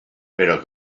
però